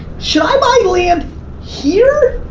should i buy land here?